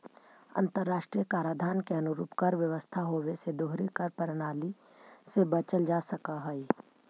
अंतर्राष्ट्रीय कराधान के अनुरूप कर व्यवस्था होवे से दोहरी कर प्रणाली से बचल जा सकऽ हई